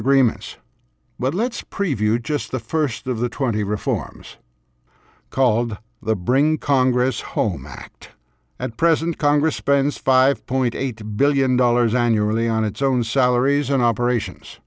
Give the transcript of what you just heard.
agreements but let's preview just the first of the twenty reforms called the bring congress home act at present congress spends five point eight billion dollars annually on its own salaries and operations